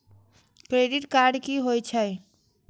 Credit card की होई छै?